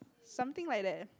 something like that